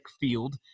field